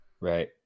right